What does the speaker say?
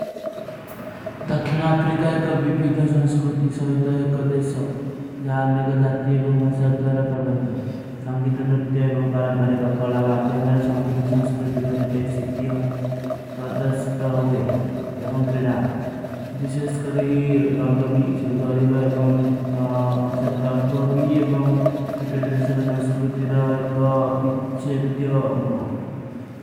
ଦଖ୍ଯନାଅପ୍ରିକା ଏକ ଵିବୀଦ ସଂସ୍କୁରୂତି ସହିତ ଏକ ଦେଶ ଜାନନେ କା ଜାତୀ ଏବଂଗ ଭଶାତ ଦ୍ଵାରା ପ୍ରଭାଵିତା। ସଂଗୀତନୂର୍ତି। ଏବଂଗ ପରମ୍ପରୀ କା କଲା ମାଧ୍ଯମାରେ ସମୁର୍ଟ ସଂସ୍କୁରୂତି କେ ହରିଟେକ ଶିତ୍ତିଯ ପ୍ରଦଶ୍ଯତ ହୁଏ ଏବଂଗ ଘରିଡା। ଵିଶେଶକରୀ ରାଗ ଭୀ ସର୍ଗାରୀ ଭାଈ ଏବାଂଗ ସର୍ଗାରୀ ରାଗ ଭୀ ଏବାଂଗ ରିକେଟ ଦେଶାର ଶଂସ୍କୁରୁତି ରାଏକା ପିଛେତ୍ଯା ଅଂଗା।